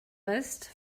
west